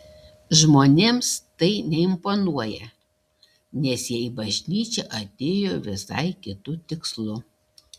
žmonėms tai neimponuoja nes jie į bažnyčią atėjo visai kitu tikslu